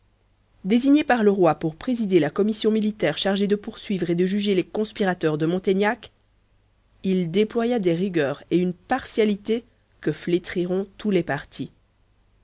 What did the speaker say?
désigné par le roi pour présider la commission militaire chargée de poursuivre et de juger les conspirateurs de montaignac il déploya des rigueurs et une partialité que flétriront tous les partis